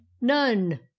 None